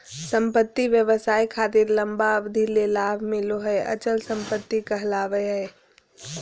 संपत्ति व्यवसाय खातिर लंबा अवधि ले लाभ मिलो हय अचल संपत्ति कहलावय हय